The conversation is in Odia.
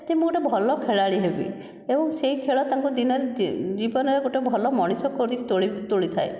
ଯେ ମୁଁ ଗୋଟିଏ ଭଲ ଖେଳାଳି ହେବି ଏବଂ ସେହି ଖେଳ ତାଙ୍କୁ ଦିନେ ଜୀବନର ଗୋଟିଏ ଭଲ ମଣିଷ କରି ତୋଳି ତୋଳି ଥାଏ